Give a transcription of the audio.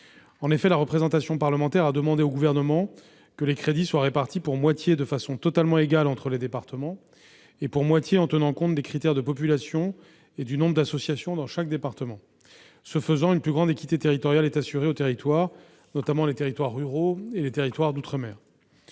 En effet, la représentation parlementaire a demandé au Gouvernement que les crédits soient répartis pour moitié de façon totalement égale entre les départements et pour moitié en tenant compte de critères de population et du nombre d'associations dans chaque département. Ce faisant, une plus grande équité territoriale est assurée aux territoires, notamment les territoires ruraux et d'outre-mer.